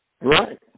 Right